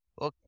Okay